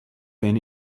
been